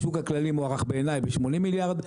השוק הכללי מוערך בעיניי ב-80 מיליארד,